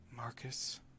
Marcus